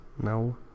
No